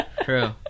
true